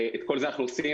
את כל זה אנחנו עושים,